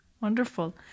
wonderful